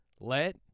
Let